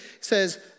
says